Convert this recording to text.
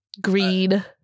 Green